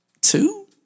two